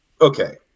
Okay